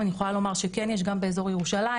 אבל אני יכולה לומר שיש גם באזור ירושלים,